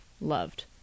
loved